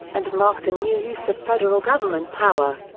and marked a new use of federal government power.